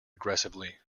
aggressively